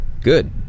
Good